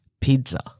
pizza